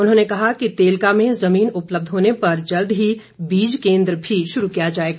उन्होंने कहा कि तेलका में जमीन उपलब्ध होने पर जल्द ही बीज केंद्र भी शुरू किया जाएगा